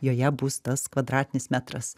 joje bus tas kvadratinis metras